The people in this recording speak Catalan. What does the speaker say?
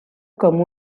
com